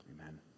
Amen